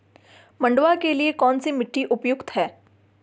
मंडुवा के लिए कौन सी मिट्टी उपयुक्त है?